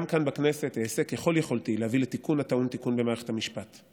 גם כאן בכנסת אעשה ככל יכולתי להביא לתיקון הטעון תיקון במערכת המשפט.